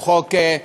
הוא חוק, לטעמי,